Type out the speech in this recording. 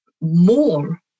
more